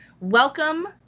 welcome